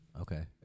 Okay